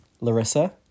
Larissa